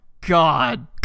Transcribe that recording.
god